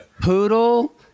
Poodle